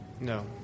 No